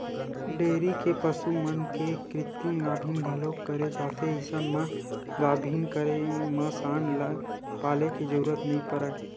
dairy के पसु मन के कृतिम गाभिन घलोक करे जाथे अइसन म गाभिन करे म सांड ल पाले के जरूरत नइ परय